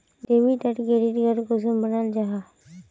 Debit आर credit card कुंसम बनाल जाहा?